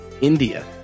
India